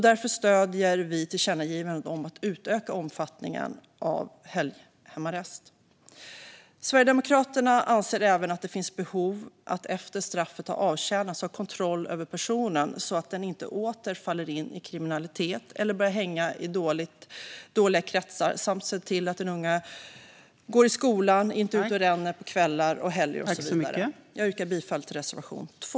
Därför stöder vi tillkännagivandet om att utöka omfattningen av hemarrest på helger. Sverigedemokraterna anser även att det finns behov av att efter att straffet är avtjänat ha kontroll över personen, så att den unge inte åter faller in i kriminalitet eller börjar hänga i dåliga kretsar och för att se till att den unge går i skolan, inte är ute och ränner på kvällar och helger och så vidare. Jag yrkar bifall till reservation 2.